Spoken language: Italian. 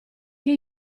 che